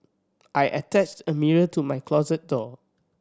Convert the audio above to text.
I attached a mirror to my closet door